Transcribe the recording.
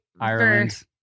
Ireland